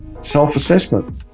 self-assessment